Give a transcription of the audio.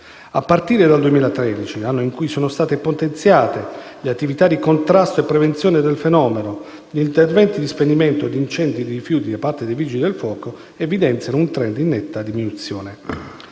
A partire dal 2013 - anno in cui sono state potenziate le attività di contrasto e prevenzione del fenomeno - gli interventi di spegnimento di incendi di rifiuti da parte dei Vigili del fuoco evidenziano un *trend* in netta diminuzione.